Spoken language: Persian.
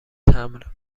تمبر